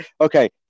okay